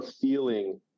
feeling